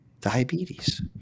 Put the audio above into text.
diabetes